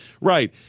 Right